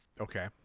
Okay